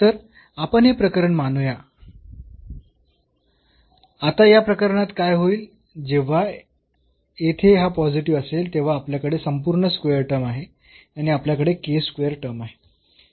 तर आपण हे प्रकरण मानुया आता या प्रकरणात काय होईल जेव्हा येथे हा पॉझिटिव्ह असेल तेव्हा आपल्याकडे संपूर्ण स्क्वेअर टर्म आहे आणि आपल्याकडे टर्म आहे